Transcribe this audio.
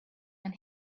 and